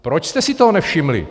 Proč jste si toho nevšimli?